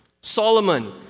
Solomon